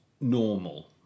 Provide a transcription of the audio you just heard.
normal